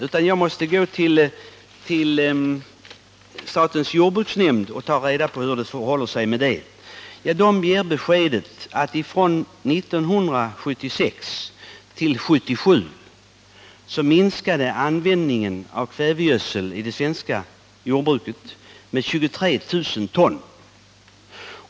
Jag har gått till statens jordbruksnämnd för att få veta hur det förhåller sig med det. Den gav beskedet att användningen av kvävegödsel i det svenska jordbruket från 1976 till 1977 minskade med 23 000 ton.